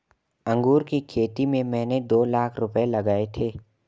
अंगूर की खेती में मैंने दो लाख रुपए लगाए थे